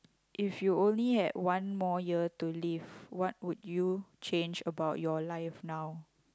if you only had one more year to live what would you change about your life now